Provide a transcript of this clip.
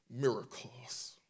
miracles